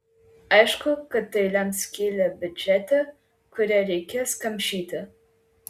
aišku kad tai lems skylę biudžete kurią reikės kamšyti